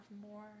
more